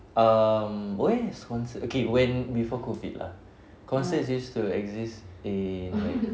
um where his concert okay when before COVID lah concerts used to exist in like